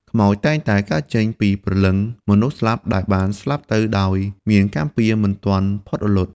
ខ្មោចតែងតែកើតចេញពីព្រលឹងមនុស្សស្លាប់ដែលបានស្លាប់ទៅដោយមានកម្មពៀរមិនទាន់ផុតរលត់។